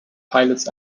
pilots